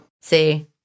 see